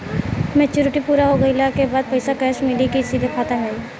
Maturity पूरा हो गइला के बाद पईसा कैश मिली की सीधे खाता में आई?